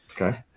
Okay